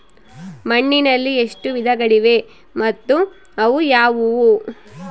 ಮಣ್ಣಿನಲ್ಲಿ ಎಷ್ಟು ವಿಧಗಳಿವೆ ಮತ್ತು ಅವು ಯಾವುವು?